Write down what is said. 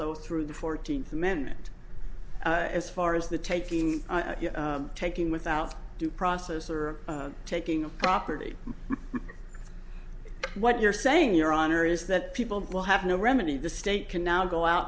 though through the fourteenth amendment as far as the taking taking without due process or taking a property what you're saying your honor is that people will have no remedy the state can now go out